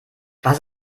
was